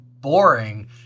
boring